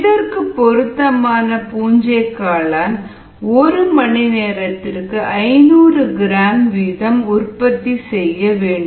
இதற்கு பொருத்தமான பூஞ்சைக்காளான் ஒரு மணி நேரத்திற்கு 500 கிராம் வீதம் 500ghour உற்பத்தி செய்ய வேண்டும்